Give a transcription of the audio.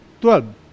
12